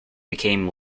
became